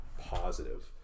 positive